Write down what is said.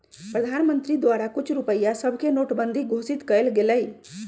प्रधानमंत्री द्वारा कुछ रुपइया सभके नोटबन्दि घोषित कएल गेलइ